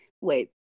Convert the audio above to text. wait